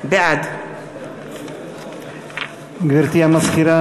בעד גברתי המזכירה,